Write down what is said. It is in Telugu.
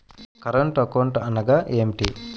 కరెంట్ అకౌంట్ అనగా ఏమిటి?